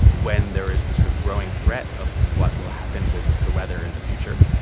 when there is the sort of growing threat of what will happen with the weather in the future,